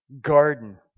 garden